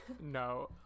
No